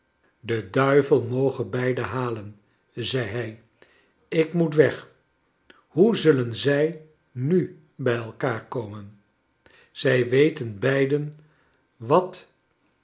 de duivel moge beiden halen zei hij ik moet weg hoe zullen zij nu bij elkaar komen zij weten beiden wat